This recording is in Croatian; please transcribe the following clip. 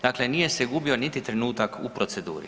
Dakle, nije se gubio niti trenutak u proceduri.